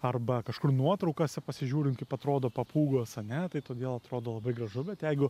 arba kažkur nuotraukose pasižiūrim kaip atrodo papūgos ane tai todėl atrodo labai gražu bet jeigu